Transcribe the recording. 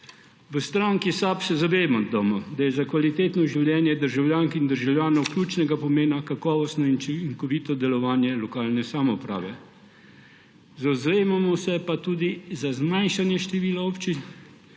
odboru. V SAB se zavedamo, da je za kvalitetno življenje državljank in državljanov ključnega pomena kakovostno in učinkovito delovanje lokalne samouprave. Zavzemamo se pa tudi za zmanjšanje števila občin,